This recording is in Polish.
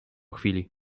chwili